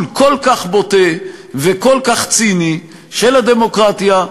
כל כך בוטה וכל כך ציני של הדמוקרטיה,